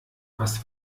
was